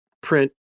print